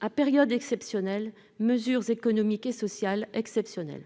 À période exceptionnelle, mesures économiques et sociales exceptionnelles.